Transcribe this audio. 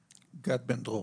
גד בן דרור